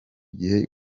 gihe